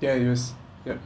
ya it was yup